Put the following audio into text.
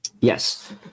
Yes